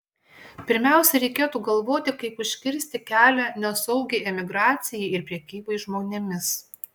pirmiausia reikėtų galvoti kaip užkirsti kelią nesaugiai emigracijai ir prekybai žmonėmis